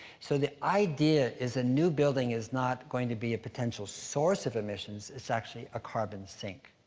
so the idea is a new building is not going to be a potential source of emissions. it's actually a carbon sink,